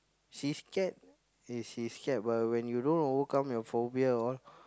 she scared is she scared but when you don't overcome your phobia all